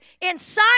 inside